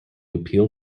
appeal